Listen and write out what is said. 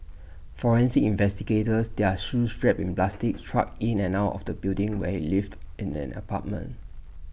forensic investigators their shoes wrapped in plastic trudged in and out of the building where lived in an apartment